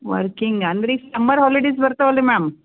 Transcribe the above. working ಅಂದಿರಿ summer holidays ಬರ್ತಾವೆ ಅಲ್ರಿ ಮ್ಯಾಮ್